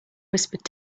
whispered